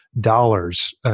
dollars